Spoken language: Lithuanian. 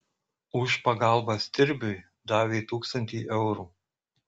už pagalbą stirbiui davė tūkstantį eurų